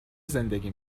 زندگی